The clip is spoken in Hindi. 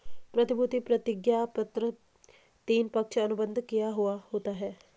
प्रतिभूति प्रतिज्ञापत्र तीन, पक्ष अनुबंध किया हुवा होता है